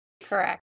correct